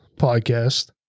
podcast